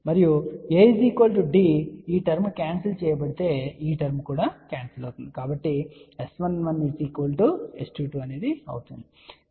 మరియు A D ఈ term cancel చేయబడితే ఈ టర్మ్ క్యాన్సిల్ అవుతుంది కాబట్టి S11 S22 అవుతుంది